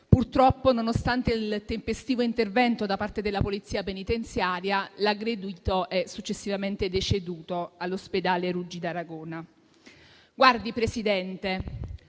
Purtroppo, nonostante il tempestivo intervento da parte della Polizia penitenziaria, l'aggredito è successivamente deceduto all'ospedale Luigi d'Aragona. Signor Presidente,